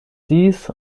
dies